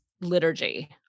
liturgy